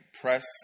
press